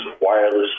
Wireless